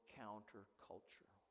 counterculture